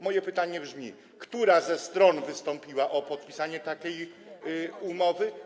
Moje pytanie brzmi: Która ze stron wystąpiła o podpisanie takiej umowy?